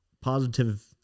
positive